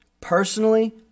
Personally